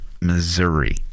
Missouri